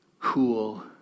cool